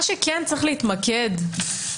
מה שכן צריך להתמקד בו,